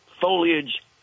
foliage